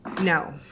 No